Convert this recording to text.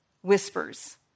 whispers